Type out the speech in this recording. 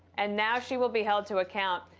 and now she will be held to account.